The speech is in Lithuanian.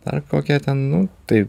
dar kokia ten nu tai